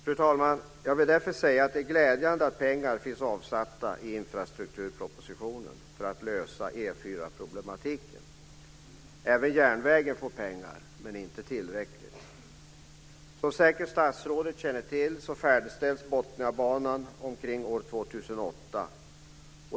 Fru talman! Jag vill därför säga att det är glädjande att det i infrastrukturpropositionen finns pengar avsatta för att lösa E 4-problematiken. Även järnvägen får pengar, men inte tillräckligt. Som statsrådet säkert känner till färdigställs Botniabanan omkring år 2008.